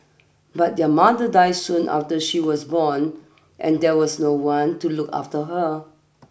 but their mother die soon after she was born and there was no one to look after her